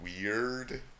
weird